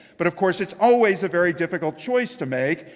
but, of course, it's always a very difficult choice to make.